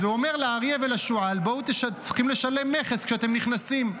אז הוא אומר לאריה ולשועל: צריכים לשלם מכס כשאתם נכנסים.